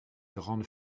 grandes